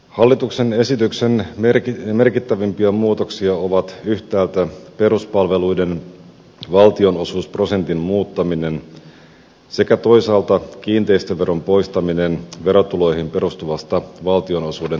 hallituksen esityksen merkittävimpiä muutoksia ovat yhtäältä peruspalveluiden valtionosuusprosentin muuttaminen sekä toisaalta kiinteistöveron poistaminen verotuloihin perustuvasta valtionosuuden tasausjärjestelmästä